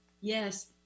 Yes